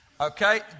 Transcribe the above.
Okay